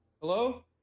Hello